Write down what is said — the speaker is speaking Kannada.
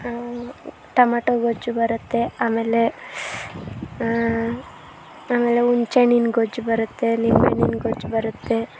ಟೊಮ್ಯಾಟೊ ಗೊಜ್ಜು ಬರುತ್ತೆ ಆಮೇಲೆ ಆಮೇಲೆ ಹುಣ್ಚೆ ಹಣ್ಣಿನ ಗೊಜ್ಜು ಬರುತ್ತೆ ಲಿಂಬೆ ಹಣ್ಣಿನ ಗೊಜ್ಜು ಬರುತ್ತೆ